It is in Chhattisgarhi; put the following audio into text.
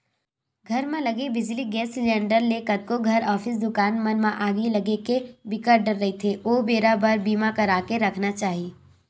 घर म लगे बिजली, गेस सिलेंडर ले कतको घर, ऑफिस, दुकान मन म आगी लगे के बिकट डर रहिथे ओ बेरा बर बीमा करा के रखना चाही